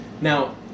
Now